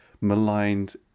maligned